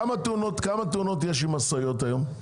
כמה תאונות יש עם משאיות היום?